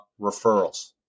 referrals